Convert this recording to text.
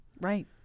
Right